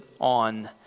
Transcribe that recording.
on